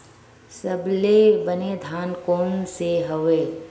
सबले बने धान कोन से हवय?